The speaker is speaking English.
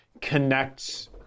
connects